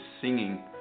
singing